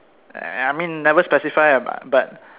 I I mean never specify lah but